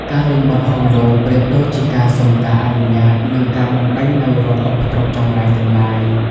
ការលេងបទហោមរោងប្រៀបដូចជាការសុំការអនុញ្ញាត និងការបណ្ដេញនូវរាល់ឧបទ្រពចង្រៃទាំងឡាយ